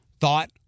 thought